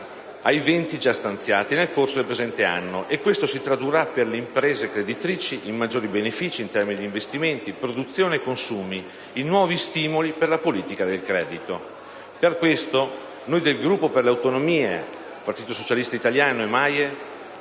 ai 20 già stanziati nel corso del presente anno; questo si tradurrà per le imprese creditrici in maggiori benefici in termini di investimenti, produzione e consumi: in nuovi stimoli per la politica del credito. Per questi motivi, noi del Gruppo Per le Autonomie (SVP, UV, PATT,